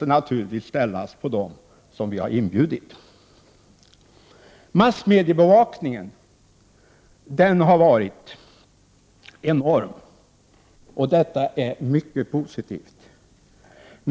naturligtvis måste ställas på dem som vi har inbjudit. Massmediebevakningen har varit enorm, och detta är mycket positivt.